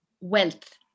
wealth